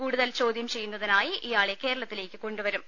കൂടുതൽ ചോദ്യം ചെയ്യുന്നതിനായി ഇയാളെ കേരളത്തിലേയ്ക്ക് കൊണ്ടുവരും